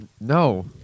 No